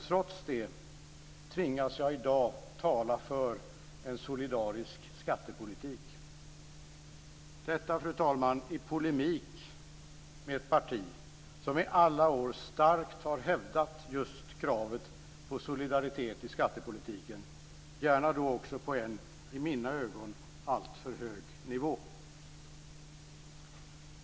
Trots det tvingas jag i dag tala för en solidarisk skattepolitik. Detta gör jag, fru talman, i polemik med ett parti som i alla år starkt har hävdat just kravet på solidaritet i skattepolitiken, och gärna då också på en i mina ögon alltför hög nivå.